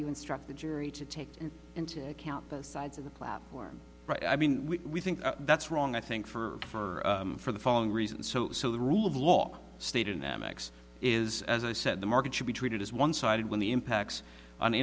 instruct the jury to take into account both sides of the platform right i mean we think that's wrong i think for for the following reason so the rule of law stated in that mix is as i said the market should be treated as one sided when the impacts o